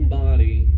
body